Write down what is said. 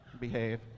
behave